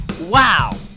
Wow